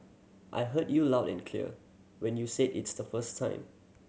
I heard you loud and clear when you said its the first time